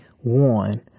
one